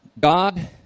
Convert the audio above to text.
God